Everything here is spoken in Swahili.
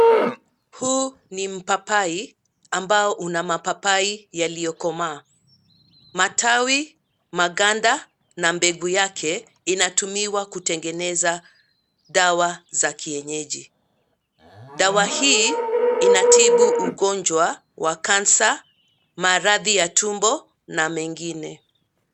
Huu ni mpapai ambao una mapapai yaliyo komaa. Matawi, maganda na mbegu yake, inatumiwa kutengeneza dawa za kienyeji. Dawa hii inatibu ugonjwa wa 'Cancer',maradhi ya tumbo na mengine.